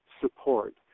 support